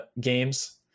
games